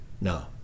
no